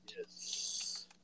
Yes